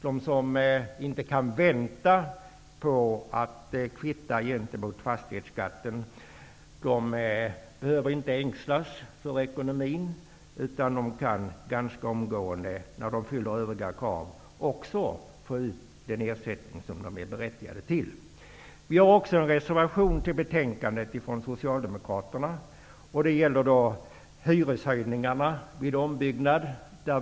De som inte kan vänta på att kvitta gentemot fastighetsskatten behöver inte ängslas över ekonomin utan kan ganska omgående, när de uppfyller övriga krav, också få ut den ersättning som de är berättigade till. Socialdemokraterna har också en reservation till betänkandet när det gäller hyreshöjningar vid ombyggnad.